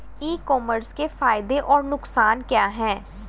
ई commerce के फायदे और नुकसान क्या हैं?